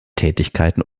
tätigkeiten